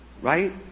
Right